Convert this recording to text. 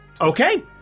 Okay